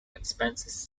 expenses